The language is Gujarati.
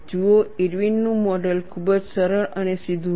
જુઓ ઇરવિન નું મોડલ ખૂબ જ સરળ અને સીધું હતું